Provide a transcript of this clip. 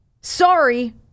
Sorry